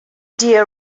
dear